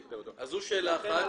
זו שאלה אחת.